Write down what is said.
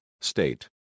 state